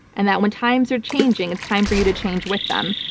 and that when times are changing, it's time for you to change with them.